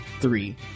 three